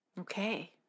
Okay